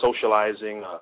socializing